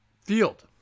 field